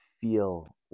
feel